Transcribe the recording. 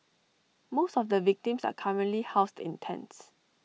most of the victims are currently housed in tents